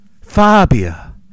Fabia